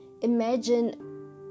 Imagine